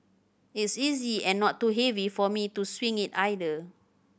it's easy and not too heavy for me to swing it either